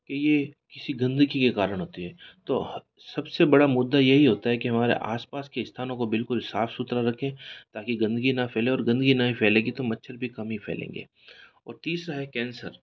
कि ये किसी गंदगी के कारण होती है तो सब से बड़ा मुद्दा यही होता है कि हमारे आस पास के स्थानों को बिल्कुल साफ़ सुथरा रखें ताकि गंदगी ना फैले और गंदगी नहीं फैलेगी तो मच्छर भी कम ही फैलेंगे और तीसरा है कैंसर